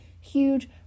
huge